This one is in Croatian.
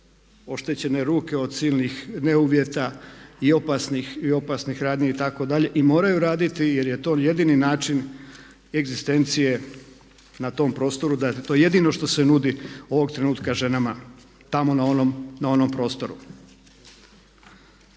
oštećene ruke od silnih ne uvjeta i opasnih radnji itd. I moraju raditi jer je to jedini način egzistencije na tom prostoru, dakle to je jedino što se nudi ovog trenutka ženama tamo na onom prostoru.